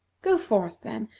go forth, then,